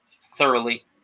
thoroughly